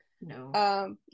no